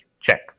check